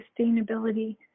sustainability